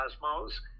Cosmos